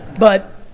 but